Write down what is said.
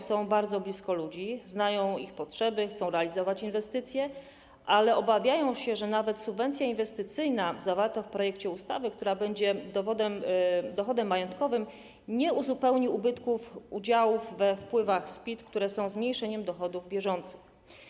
Są bardzo blisko ludzi, znają ich potrzeby, chcą realizować inwestycje, ale obawiają się, że nawet subwencja inwestycyjna określona w projekcie ustawy, która będzie dochodem majątkowym, nie uzupełni ubytków udziałów we wpływach z PIT, które są zmniejszeniem dochodów bieżących.